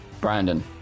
Brandon